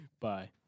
Bye